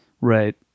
Right